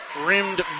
rimmed